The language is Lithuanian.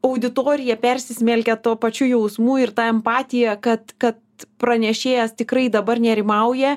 auditorija persismelkia tuo pačiu jausmu ir ta empatija kad kad pranešėjas tikrai dabar nerimauja